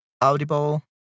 audible